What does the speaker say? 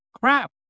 crap